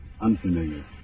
unfamiliar